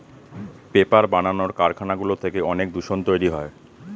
paper বানানোর কারখানাগুলো থেকে অনেক দূষণ তৈরী হয়